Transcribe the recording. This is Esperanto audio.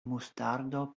mustardo